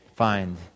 Find